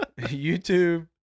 YouTube